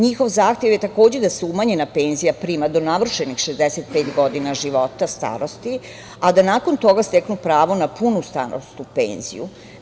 Njihov zahtev je takođe da se umanjena penzija prima do navršenih 65 godina života starosti, a da nakon toga steknu pravo na punu starosnu penziju.